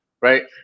right